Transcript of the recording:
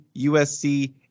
USC